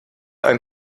ein